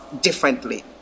differently